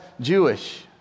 Jewish